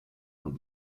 dans